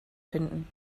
finden